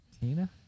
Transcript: tina